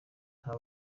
nta